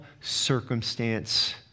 circumstance